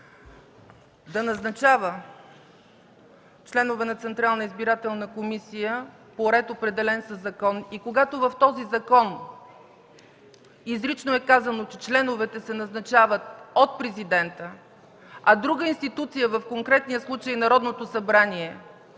да назначава членове на Централната избирателна комисия по ред, определен със закон, и когато в този закон изрично е казано, че членовете се назначават от президента, а друга институция – в конкретния случай Народното събрание,